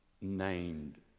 named